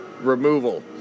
removal